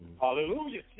Hallelujah